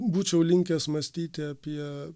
būčiau linkęs mąstyti apie